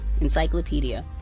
encyclopedia